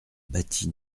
bâtie